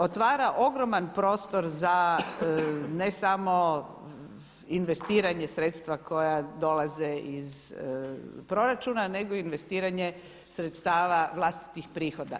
Otvara ogroman prostor za ne samo investiranje sredstava koja dolaze iz proračuna nego i investiranje sredstava vlastitih prihoda.